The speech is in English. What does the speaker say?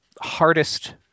hardest